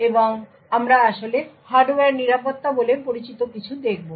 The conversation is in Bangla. এবং আমরা আসলে হার্ডওয়্যার নিরাপত্তা বলে পরিচিত কিছু দেখব